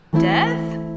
Death